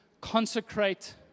consecrate